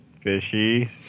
fishy